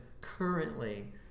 currently